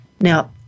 Now